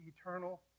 eternal